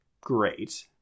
great